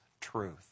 truth